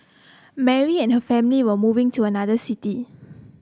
Mary and her family were moving to another city